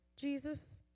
Jesus